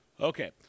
Okay